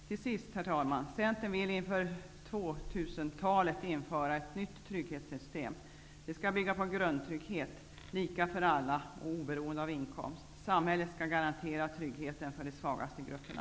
Till sist, herr talman, vill jag tala om att Cen tern inför 2000-talet vill införa ett nytt trygghets system. Det skall bygga på grundtrygghet. Det skall gälla lika för alla och vara oberoende av in komst. Samhället skall garantera tryggheten för de svagaste grupperna.